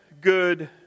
good